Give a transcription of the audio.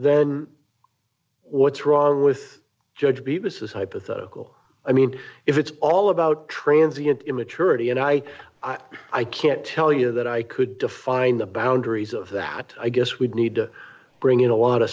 then what's wrong with judge b was this hypothetical i mean if it's all about transience immaturity and i i can't tell you that i could define the boundaries of that i guess we'd need to bring in a lot of